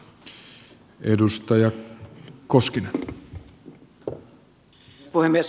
herra puhemies